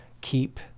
keep